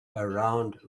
around